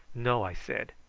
no, i said.